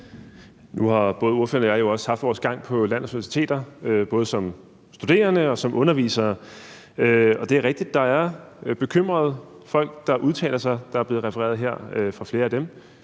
Nu har både ordføreren og jeg jo også haft vores gang på landets universiteter, både som studerende og som undervisere, og det er rigtigt, at der er bekymrede folk, der udtaler sig, og der er her blevet refereret fra flere af dem.